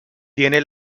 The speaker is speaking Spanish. tiene